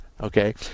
Okay